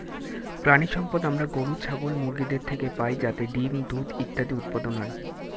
প্রাণিসম্পদ আমরা গরু, ছাগল, মুরগিদের থেকে পাই যাতে ডিম্, দুধ ইত্যাদি উৎপাদন হয়